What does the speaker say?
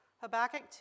Habakkuk